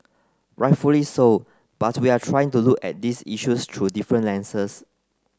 rightfully so but we are trying to look at these issues through different lenses